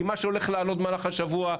כי מה שהולך לעלות במהלך השבוע,